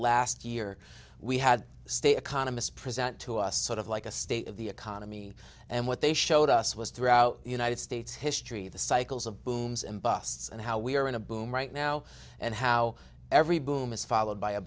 last year we had stay economists present to us sort of like a state of the economy and what they showed us was throughout united states history the cycles of booms and busts and how we are in a boom right now and how every boom is followed by a